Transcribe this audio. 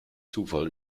zufall